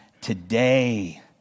today